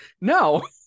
no